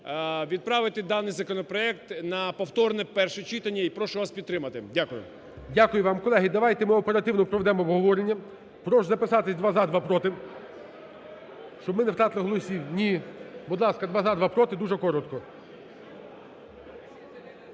відправити даний законопроект на повторне перше читання і прошу вас підтримати. Дякую. ГОЛОВУЮЧИЙ. Дякую вам. Колеги, давайте ми оперативно проведемо обговорення. Прошу записатися: два – за, два – проти, щоб ми не втратили голосів. Ні, будь ласка, два – за, два – проти дуже коротко.